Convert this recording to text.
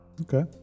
Okay